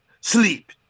Sleep